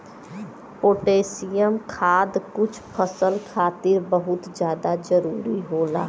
potassium खाद कुछ फसल खातिर बहुत जादा जरूरी होला